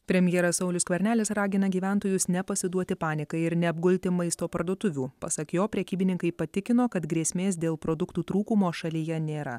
premjeras saulius skvernelis ragina gyventojus nepasiduoti panikai ir neapgulti maisto parduotuvių pasak jo prekybininkai patikino kad grėsmės dėl produktų trūkumo šalyje nėra